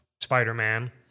Spider-Man